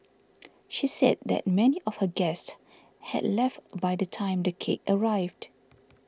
she said that many of her guests had left by the time the cake arrived